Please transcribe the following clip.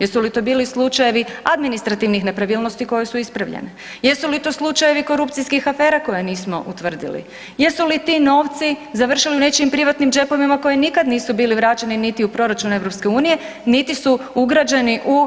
Jesu li to bili slučajevi administrativnih nepravilnosti koje su ispravljene, jesu li to slučajevi korupcijskih afera koje nismo utvrdili, jesu li ti novci završili u nečijim privatnim džepovima koji nikad nisu bili vraćeni niti u proračun EU, niti su ugrađeni u